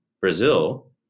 Brazil